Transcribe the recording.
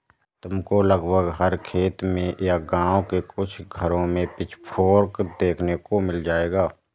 तुमको लगभग हर खेत में या गाँव के कुछ घरों में पिचफोर्क देखने को मिल जाएगा